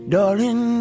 Darling